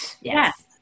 Yes